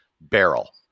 barrel